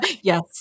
Yes